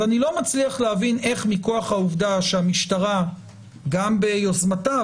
אז אני לא מצליח להבין איך מכוח העובדה שהמשטרה גם ביוזמתה,